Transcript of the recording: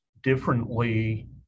differently